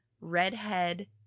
redhead